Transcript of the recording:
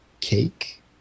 cake